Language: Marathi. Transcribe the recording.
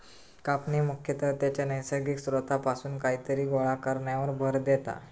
कापणी मुख्यतः त्याच्या नैसर्गिक स्त्रोतापासून कायतरी गोळा करण्यावर भर देता